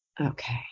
Okay